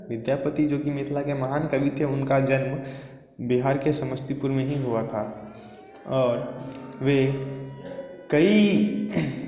विद्यापति जो कि मिथिला के महान कवि थे उनका जन्म बिहार के समस्तीपुर में ही हुआ था और वे कई